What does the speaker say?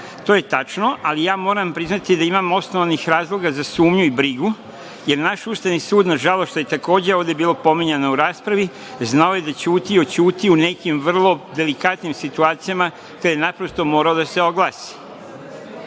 To je tačno, ali ja moram priznati da imam osnovanih razloga za sumnju i brigu, je naš Ustavni sud, što je nažalost, ovde bilo pominjano u raspravi znao je da ćuti, oćuti u nekim vrlo delikatnim situacijama, te je naprosto morao da se oglasi.